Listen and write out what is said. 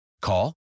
Call